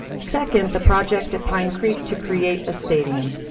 second, the project at pine creek to create a stadium.